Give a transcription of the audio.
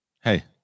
Hey